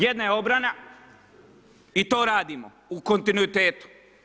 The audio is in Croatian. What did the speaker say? Jedna je obrana i to radimo u kontinuitetu.